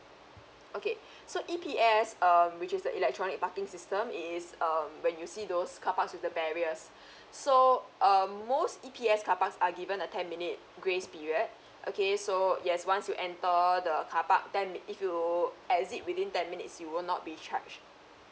okay so E_P_S um which is the electronic parking system is um when you see those car parks with the barriers so um mostly E_P_S car parks are given a ten minute grace period okay so yes once you enter the carpark then if you exit within ten minutes you will not be charged